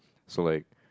so like